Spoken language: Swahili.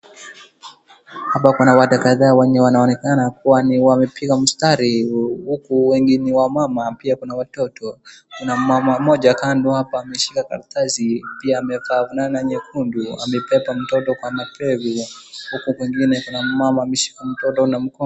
Hapa kuna watu kadhaa wenye wanaonekana kuwa ni wamepiga mstari huku wengi ni wamama pia kuna watoto, kuna mama moja hapa kando ameshika karatasi pia amevaa fulana nyekunduu amebeba mtoto kwa mapegu huku kwingine kuna mama ameshika mtoto na mkono.